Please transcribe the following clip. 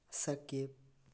skip